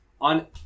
on